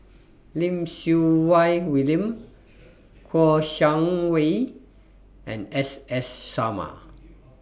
Lim Siew Wai William Kouo Shang Wei and S S Sarma